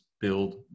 build